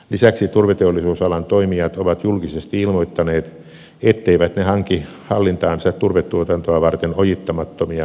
lisäksi turveteollisuusalan toimijat ovat julkisesti ilmoittaneet etteivät ne hanki hallintaansa turvetuotantoa varten ojittamattomia luonnontilaisia soita